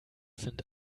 sind